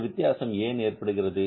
இந்த வித்தியாசம் ஏன் ஏற்படுகிறது